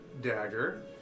dagger